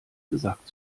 gesagt